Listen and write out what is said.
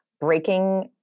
breaking